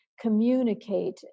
communicate